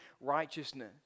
righteousness